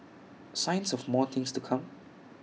signs of more things to come